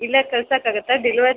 ಇಲ್ಲೇ ಕಳ್ಸೋಕ್ಕಾಗತ್ತಾ ಡೆಲ್ವರ್